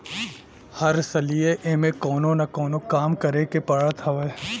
हर सलिए एमे कवनो न कवनो काम करे के पड़त हवे